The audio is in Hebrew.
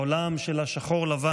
בעולם של השחור-לבן,